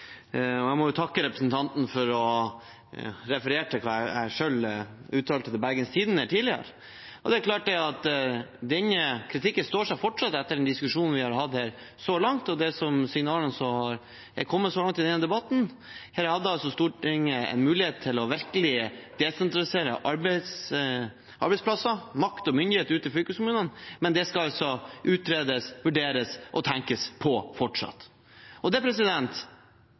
mye. Jeg må takke representanten for å ha referert til det jeg selv uttalte til Bergens Tidende tidligere. Det er klart at den kritikken står seg fortsatt etter diskusjonen vi har hatt så langt, og de signalene som har kommet i denne debatten. Her hadde Stortinget en mulighet til virkelig å desentralisere arbeidsplasser, makt og myndighet ut til fylkeskommunene, men det skal altså utredes, vurderes og tenkes på fortsatt. Det